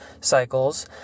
cycles